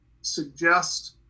suggest